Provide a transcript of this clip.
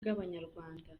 bw’abanyarwanda